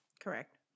correct